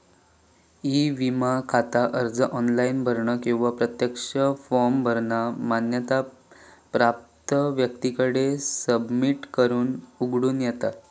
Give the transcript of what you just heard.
E विमा खाता अर्ज ऑनलाइन भरानं किंवा प्रत्यक्ष फॉर्म भरानं मान्यता प्राप्त व्यक्तीकडे सबमिट करून उघडूक येता